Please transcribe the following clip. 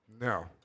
No